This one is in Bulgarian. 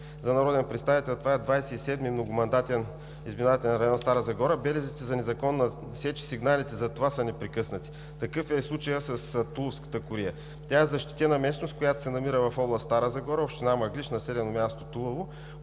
за народен представител – това е Двадесет и седми многомандатен изборен район – Старозагорски, белезите за незаконна сеч и сигналите за това са непрекъснати. Такъв е случаят с „Туловска кория“. Тя е защитена местност, която се намира в област Стара Загора, община Мъглиж, населено място Тулово.